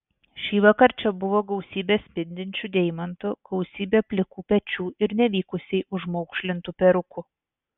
šįvakar čia buvo gausybė spindinčių deimantų daugybė plikų pečių ir nevykusiai užmaukšlintų perukų